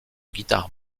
guitare